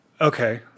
Okay